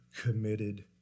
committed